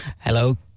Hello